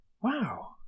Wow